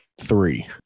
three